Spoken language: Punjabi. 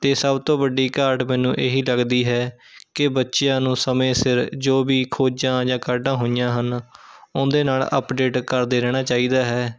ਅਤੇ ਸਭ ਤੋਂ ਵੱਡੀ ਘਾਟ ਮੈਨੂੰ ਇਹੀ ਲੱਗਦੀ ਹੈ ਕਿ ਬੱਚਿਆਂ ਨੂੰ ਸਮੇਂ ਸਿਰ ਜੋ ਵੀ ਖੋਜਾਂ ਜਾਂ ਕਾਢਾਂ ਹੋਈਆਂ ਹਨ ਉਹਦੇ ਨਾਲ਼ ਅਪਡੇਟ ਕਰਦੇ ਰਹਿਣਾ ਚਾਹੀਦਾ ਹੈ